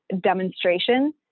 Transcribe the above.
demonstration